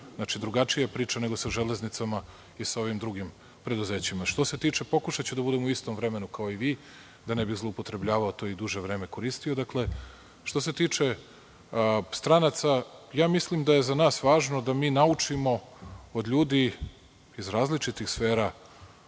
Znači, drugačija je priča nego sa Železnicama i sa ovim drugim preduzećima. Što se tiče, pokušaću da budem u istom vremenu kao i vi, da ne bih zloupotrebljavao to i duže vreme koristio, dakle, što se tiče stranaca, ja mislim da je za nas važno da mi naučimo od ljudi iz različitih sfera